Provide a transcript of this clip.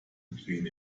between